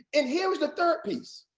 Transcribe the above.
and here was the third piece.